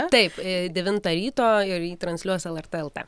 taip devintą ryto ir jį transliuos lrt lt